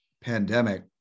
pandemic